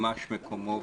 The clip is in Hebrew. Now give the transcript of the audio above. התחברו,